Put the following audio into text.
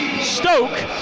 Stoke